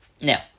now